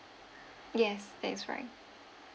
yes that is right